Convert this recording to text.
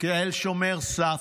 כאל שומר סף: